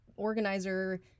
organizer